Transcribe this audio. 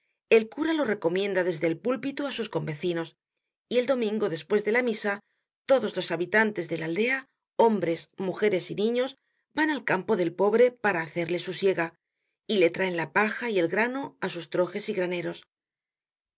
el cura lo recomienda desde el pulpito á sus convecinos y el domingo despues de la misa todos los habitantes de la aldea hombres mujeres y niños van al campo del pobre para hacerle su siega y le traen la paja y el grano á sus trojes y graneros